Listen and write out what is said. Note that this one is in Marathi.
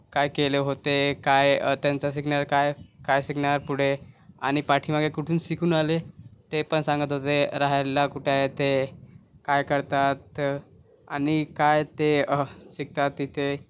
काय केले होते काय त्यांच्या शिकण्यासाठी काय काय शिकणार पुढे आणि पाठीमागे कुठून शिकून आले ते पण सांगत होते राहायला कुठे आहे ते काय करतात ते आणि काय ते शिकतात तिथे